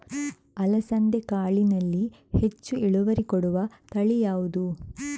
ಅಲಸಂದೆ ಕಾಳಿನಲ್ಲಿ ಹೆಚ್ಚು ಇಳುವರಿ ಕೊಡುವ ತಳಿ ಯಾವುದು?